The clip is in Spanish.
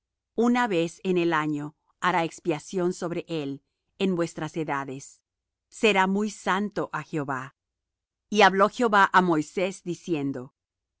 una vez en el año hará expiación sobre él en vuestras edades será muy santo á jehová y habló jehová á moisés diciendo